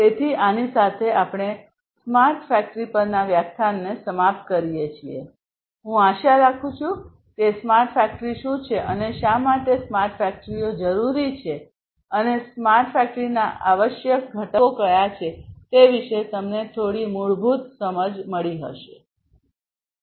તેથી આની સાથે અમે સ્માર્ટ ફેક્ટરી પરના વ્યાખ્યાનને સમાપ્ત કરીએ છીએ હું આશા રાખું છું કે સ્માર્ટ ફેક્ટરી શું છે અને શા માટે સ્માર્ટ ફેક્ટરીઓ જરૂરી છે અને સ્માર્ટ ફેક્ટરીના આવશ્યક ઘટકો કયા છે તે વિશે તમને થોડી મૂળભૂત સમજ છે